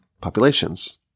populations